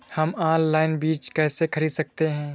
हम ऑनलाइन बीज कैसे खरीद सकते हैं?